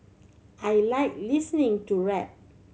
I like listening to rap